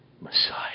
Messiah